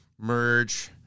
merge